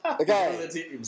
Okay